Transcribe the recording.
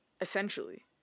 essentially